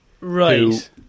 Right